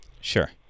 Sure